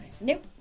Nope